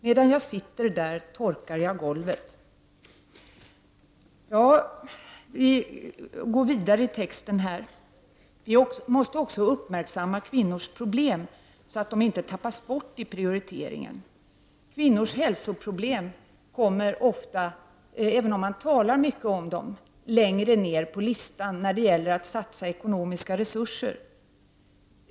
Medan jag sitter där torkar jag golvet.” Vi måste också uppmärksamma kvinnors problem, så att de inte tappas bort i prioriteringen. Kvinnors hälsoproblem kommer ofta, även om man talar mycket om dem, längre ner på listan när det gäller att satsa ekonomiska resurser.